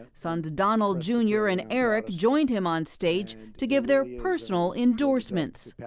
sons donald, jr. and eric joined him on stage to give their personal endorsements.